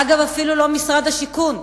אגב, אפילו לא משרד השיכון,